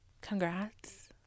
congrats